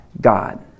God